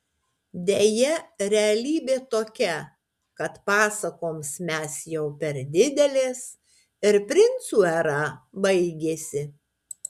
deja realybė tokia kad pasakoms mes jau per didelės ir princų era baigėsi